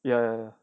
ya ya